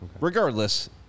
Regardless